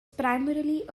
primarily